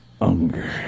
Unger